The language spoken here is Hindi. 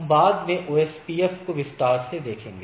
हम बाद में OSPF को विस्तार से देखेंगे